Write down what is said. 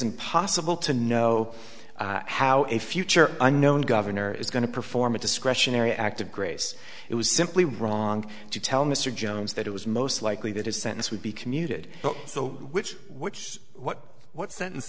impossible to know how a future unknown governor is going to perform a discretionary act of grace it was simply wrong to tell mr jones that it was most likely that his sentence would be commuted which which is what what sentence